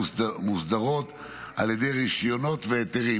מוסדרת על ידי רישיונות והיתרים.